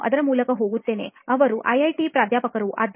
ನಾನು ಅದರ ಮೂಲಕ ಹೋಗುತ್ತೇನೆ ಅವರು ಐಐಟಿ ಪ್ರಾಧ್ಯಾಪಕರು